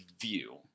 view